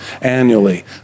annually